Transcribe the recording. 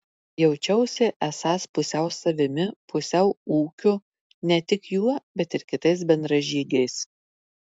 jaučiausi esąs pusiau savimi pusiau ūkiu ne tik juo bet ir kitais bendražygiais